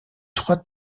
trois